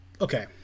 Okay